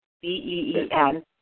B-E-E-N